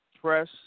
press